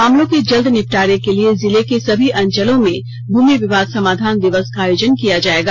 मामलों के जल्द निपटारे के लिए जिले के समी अंचलों में भूमि वियाद समाधान दियस का आयोजन किया जाएगा